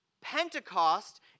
Pentecost